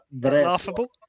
laughable